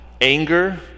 anger